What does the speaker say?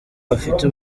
bafite